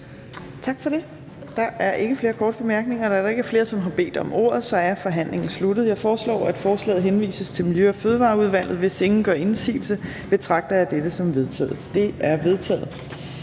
Tak for det. Der er ikke flere korte bemærkninger. Da der ikke er flere, som har bedt om ordet, er forhandlingen sluttet. Jeg foreslår, at beslutningsforslaget henvises til Miljø- og Fødevareudvalget. Hvis ingen gør indsigelse, betragter jeg dette som vedtaget. Det er vedtaget.